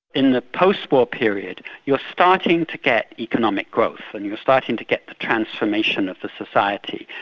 in the post-war period, you're starting to get economic growth, and you're starting to get the transformation of the society,